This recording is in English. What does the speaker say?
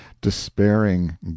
despairing